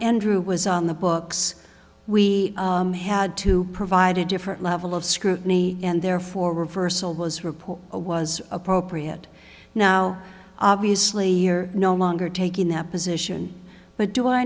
andrew was on the books we had to provide a different level of scrutiny and therefore reversal was report a was appropriate now obviously you're no longer taking the position but do i